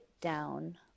down